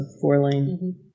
four-lane